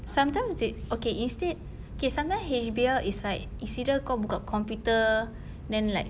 sometimes they okay instead okay sometimes H_B_L it's like it's either kau buka computer then like